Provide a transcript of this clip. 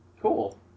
cool